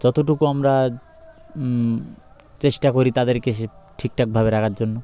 যতটুকু আমরা চেষ্টা করি তাদেরকে সে ঠিকঠাকভাবে রাখার জন্য